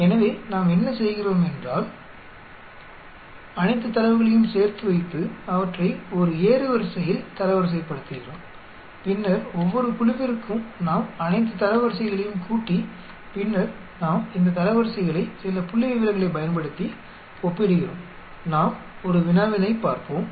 எனவே நாம் என்ன செய்கிறோம் என்றால் அனைத்து தரவுகளையும் சேர்த்து வைத்து அவற்றை ஒரு ஏறுவரிசையில் தரவரிசைப்படுத்துகிறோம் பின்னர் ஒவ்வொரு குழுவிற்கும் நாம் அனைத்து தரவரிசைகளையும் கூட்டி பின்னர் நாம் இந்த தரவரிசைகளை சில புள்ளிவிவரங்களைப் பயன்படுத்தி ஒப்பிடுகிறோம் நாம் ஒரு வினாவினைப் பார்ப்போம்